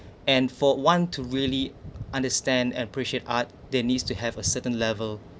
and for one to really understand and appreciate art they needs to have a certain level